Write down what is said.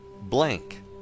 blank